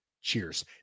Cheers